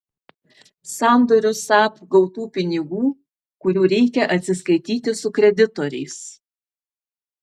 sandoriu saab gautų pinigų kurių reikia atsiskaityti su kreditoriais